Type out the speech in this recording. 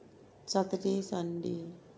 saturday sunday